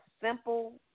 Simple